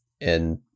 And-